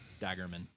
Daggerman